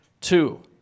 two